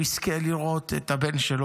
והוא אדם שמחבר ואיננו,